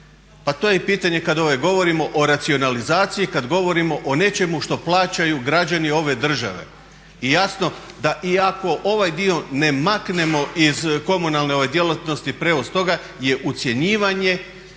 Pa to i je pitanje kad govorimo o racionalizaciji, kad govorimo o nečemu što plaćaju građani ove države. I jasno da i ako ovaj dio ne maknemo iz komunalne djelatnosti, prijevoz, to je ucjenjivanje